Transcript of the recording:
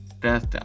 death